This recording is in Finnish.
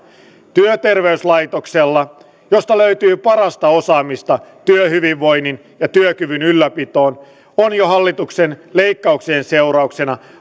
työterveyslaitoksella josta löytyy parasta osaamista työhyvinvoinnin ja työkyvyn ylläpitoon on jo hallituksen leikkauksien seurauksena